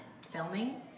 filming